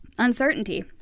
Uncertainty